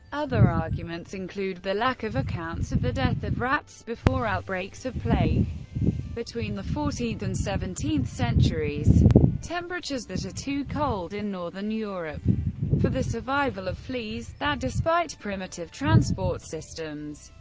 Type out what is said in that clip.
other arguments include the lack of accounts of the death of rats before outbreaks of plague between the fourteenth and seventeenth centuries temperatures that are too cold in northern europe for the survival of fleas that, despite primitive transport systems,